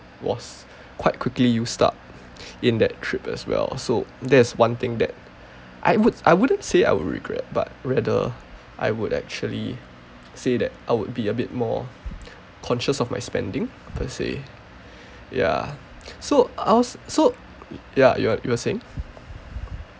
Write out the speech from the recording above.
was quite quickly used up in that trip as well so that's one thing that I would I wouldn't say I would regret but rather I would actually say that I would be a bit more conscious of my spending per se ya so I was so ya ya you were saying